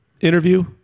interview